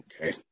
Okay